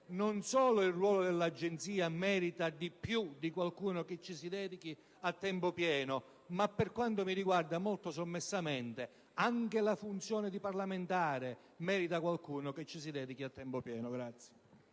non solo il ruolo dell'Agenzia merita qualcuno che ci si dedichi a tempo pieno, ma vorrei aggiungere, molto sommessamente, che anche la funzione di parlamentare merita qualcuno che ci si dedichi a tempo pieno.